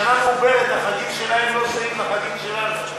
בשנה מעוברת החגים שלהם לא זהים לחגים שלנו,